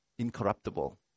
Incorruptible